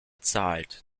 zahlt